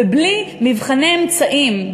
ובלי מבחני אמצעים,